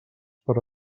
per